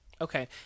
Okay